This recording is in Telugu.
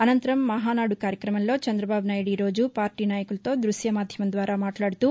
అనంతరం మహానాడు కార్యక్రమంలో చంద్రబాబునాయుడు ఈ రోజు పార్టీ నాయకులతో దృశ్య మాధ్యమం ద్వారా మాట్లాడుతూ